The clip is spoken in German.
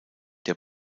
der